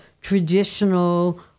traditional